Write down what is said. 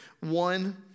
One